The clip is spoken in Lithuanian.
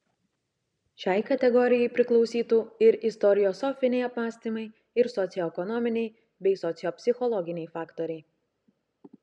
šiai kategorijai priklausytų ir istoriosofiniai apmąstymai ir socioekonominiai bei sociopsichologiniai faktoriai